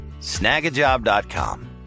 snagajob.com